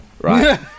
right